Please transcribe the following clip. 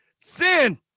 sin